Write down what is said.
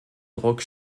druck